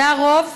זה הרוב,